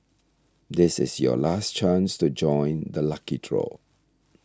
this is your last chance to join the lucky draw